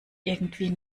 irgendwie